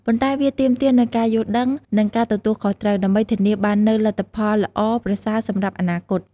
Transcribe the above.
ប៉ុន្តែវាទាមទារនូវការយល់ដឹង និងការទទួលខុសត្រូវ ដើម្បីធានាបាននូវលទ្ធផលល្អប្រសើរសម្រាប់អនាគត។